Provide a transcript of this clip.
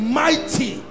mighty